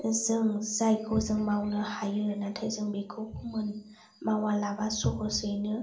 जों जायखौ जों मावनो हायो नाथाय जों बिखौ मोन मावालाबा सहसयैनो